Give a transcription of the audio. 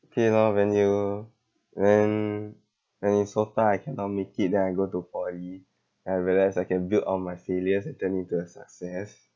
okay lor when you and then when in SOTA I cannot make it then I go to poly and I realised I can build on my failures and turn it into a success